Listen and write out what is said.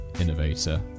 innovator